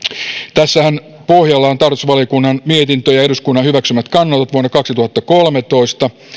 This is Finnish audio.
tässähän pohjalla on tarkastusvaliokunnan mietintö ja eduskunnan hyväksymät kannanotot vuodelta kaksituhattakolmetoista